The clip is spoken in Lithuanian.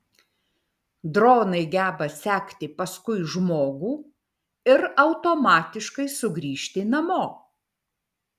dronai geba sekti paskui žmogų ir automatiškai sugrįžti namo